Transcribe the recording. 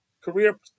career